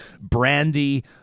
Brandy